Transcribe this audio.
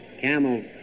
Camel